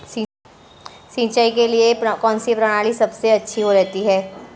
सिंचाई के लिए कौनसी प्रणाली सबसे अच्छी रहती है?